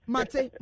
Mate